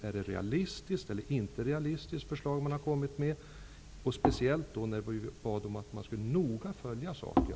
Är det ett realistiskt eller inte realistiskt förslag som man har kommit med, speciellt med tanke på att vi bad att man noga skulle följa saken?